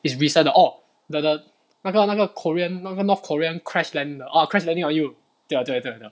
it's beside the orh the the 那个那个 korean 那个 north korean crash land orh crash landing on you 对了对了对了